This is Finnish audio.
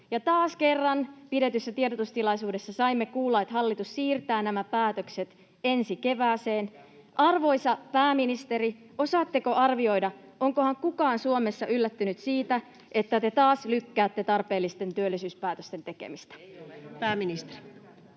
Ja taas kerran tiedotustilaisuudessa saimme kuulla, että hallitus siirtää nämä päätökset ensi kevääseen. Arvoisa pääministeri, osaatteko arvioida, onkohan kukaan Suomessa yllättynyt siitä, että te taas lykkäätte tarpeellisten työllisyyspäätösten tekemistä? [Sari